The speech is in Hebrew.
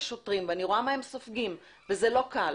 השוטרים ואני רואה מה הם סופגים וזה לא קל.